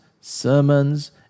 sermons